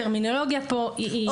הטרמינולוגיה כאן היא לא נכונה.